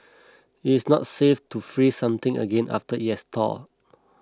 it is not safe to freeze something again after it has thawed